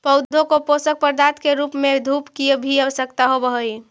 पौधों को पोषक पदार्थ के रूप में धूप की भी आवश्यकता होवअ हई